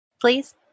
please